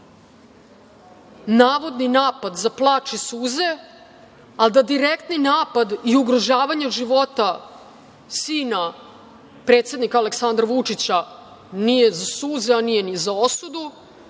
je navodni napad za plač i suze, a da direktni napad i ugrožavanje života sina predsednika Aleksandra Vučića nije za suze, a nije ni za osudu,